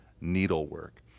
needlework